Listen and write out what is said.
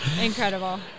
Incredible